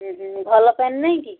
ଭଲ ପେନ୍ ନାହିଁ କି